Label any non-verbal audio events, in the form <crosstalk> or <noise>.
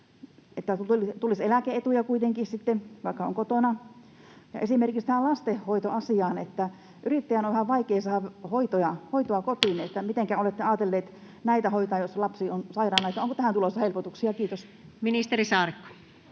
että tulisi eläke-etuja kuitenkin sitten, vaikka on kotona? Ja esimerkiksi tämä lastenhoitoasia: Kun yrittäjän on vähän vaikea saada hoitoa kotiin, <noise> niin mitenkä olette ajatelleet näitä hoitaa, jos lapsi on sairaana? <noise> Onko tähän tulossa helpotuksia? — Kiitos. Ministeri Saarikko.